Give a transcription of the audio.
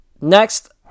Next